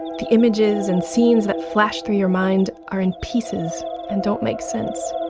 the images and scenes that flashed through your mind are in pieces and don't make sense.